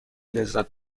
لذت